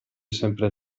sempre